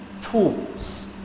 tools